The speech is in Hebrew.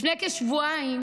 לפני כשבועיים